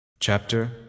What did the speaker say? Chapter